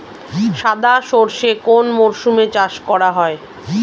সাদা সর্ষে কোন মরশুমে চাষ করা হয়?